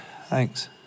thanks